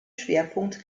schwerpunkt